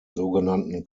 sogenannten